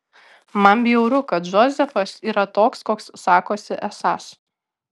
man bjauru kad džozefas ir yra toks koks sakosi esąs